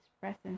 presence